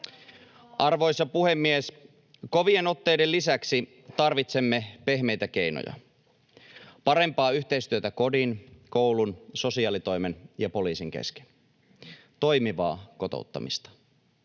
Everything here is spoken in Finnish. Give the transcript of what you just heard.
Arvoisa puhemies! Kovien otteiden lisäksi tarvitsemme pehmeitä keinoja. Parempaa yhteistyötä kodin, koulun, sosiaalitoimen ja poliisin kesken. Toimivaa kotouttamista.